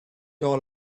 all